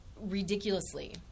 ridiculously